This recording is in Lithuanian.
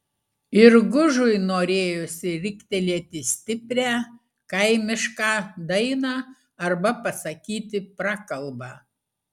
ir gužui norėjosi riktelėti stiprią kaimišką dainą arba pasakyti prakalbą